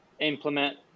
implement